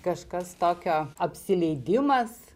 kažkas tokio apsileidimas